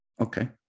Okay